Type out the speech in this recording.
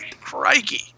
Crikey